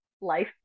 Life